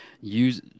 use